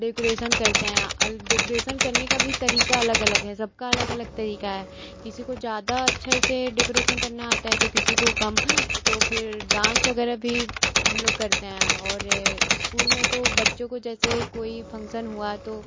decoration करते ऐं अल डेकोरेसन करने का भी तरीक़ा अलग अलग है सबका अलग अलग तरीक़ा है किसी को ज़्यादा अच्छे से डेकोरेसन करना आता है तो किसी को कम तो फिर डांस वग़ैरह भी हम लोग करते हैं और ये इस्कूल में तो बच्चों को जैसे कोई फंक्सन हुआ तो